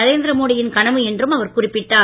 நரேந்திர மோடி யின் கனவு என்றும் அவர் குறிப்பிட்டார்